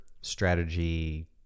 strategy